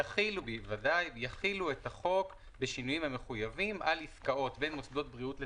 יחילו את החוק בשינויים המחויבים על עסקאות בין מוסדות בריאות לספקים.